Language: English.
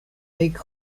take